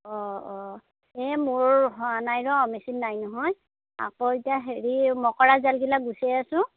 অ অ এই মোৰ হোৱা নাই ৰ' মেচিন নাই নহয় আকৌ এতিয়া হেৰি মকৰা জালবিলাক গুচাই আছোঁ